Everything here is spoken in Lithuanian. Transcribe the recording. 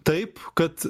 taip kad